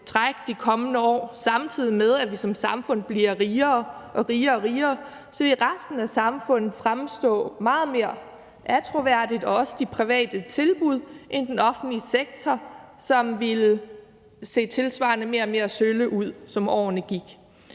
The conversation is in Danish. træk de kommende år, samtidig med at vi som samfund bliver rigere og rigere, så ville resten af samfundet, også de private tilbud, fremstå meget mere attråværdigt end den offentlige sektor, som ville se tilsvarende mere og mere sølle ud, som årene gik.